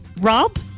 Rob